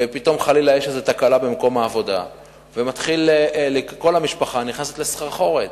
ופתאום חלילה יש איזו תקלה במקום העבודה וכל המשפחה נכנסת לסחרחורת,